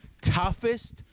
Toughest